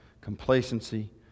complacency